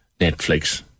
Netflix